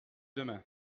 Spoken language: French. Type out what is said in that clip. demain